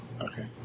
Okay